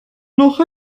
noch